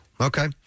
Okay